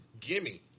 Gimme